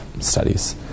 studies